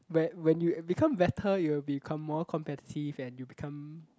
when when you become better you will become more competitive and you become